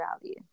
value